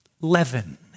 Leaven